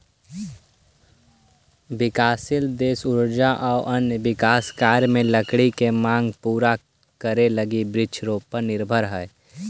विकासशील देश ऊर्जा आउ अन्य विकास कार्य में लकड़ी के माँग पूरा करे लगी वृक्षपर निर्भर हइ